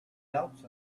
else